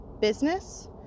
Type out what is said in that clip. business